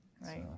right